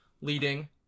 leading